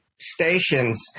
Stations